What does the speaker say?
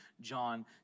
John